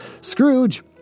Scrooge